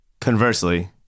Conversely